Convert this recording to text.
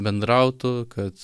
bendrautų kad